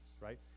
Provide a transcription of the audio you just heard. right